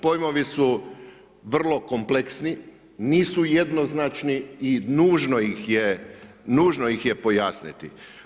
Pojmovi su vrlo kompleksni, nisu jednoznačni i nužno ih je pojasniti.